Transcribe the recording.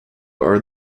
are